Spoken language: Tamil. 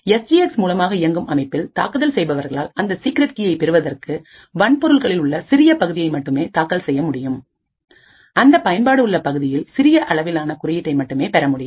எஸ் ஜி எக்ஸ்மூலமாக இயங்கும் அமைப்பில் தாக்குதல் செய்பவர்களால் அந்த சீக்ரெட் கீயை பெறுவதற்குவன்பொருட்களில் உள்ள சிறிய பகுதியை மட்டுமே தாக்கல் செய்ய முடியும் அந்த பயன்பாடு உள்ள பகுதிகளில் சிறிய அளவிலான குறியீட்டை மட்டுமே பெறமுடியும்